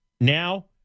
now